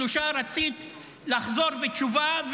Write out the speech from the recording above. שלושה רצית לחזור בתשובה,